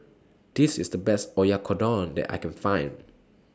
This IS The Best Oyakodon that I Can Find